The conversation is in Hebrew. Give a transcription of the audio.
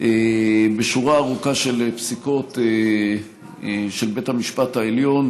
בשורה ארוכה של פסיקות של בית המשפט העליון,